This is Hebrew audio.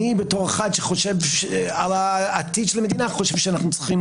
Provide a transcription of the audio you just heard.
אני בתור אחד שחושב על העתיד של המדינה חושב שאנחנו צריכים